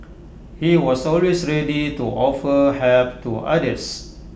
he was always ready to offer help to others